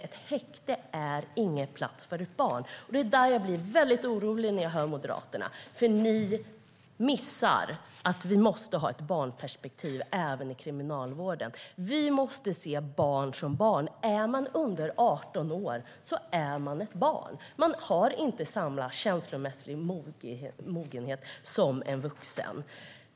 Ett häkte är ingen plats för ett barn. Jag blir väldigt orolig när jag hör Moderaterna, för ni missar att vi måste ha ett barnperspektiv även i kriminalvården. Vi måste se barn som barn. Den som är under 18 år är ett barn. Man har inte samma känslomässiga mognad som en vuxen.